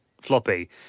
floppy